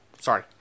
Sorry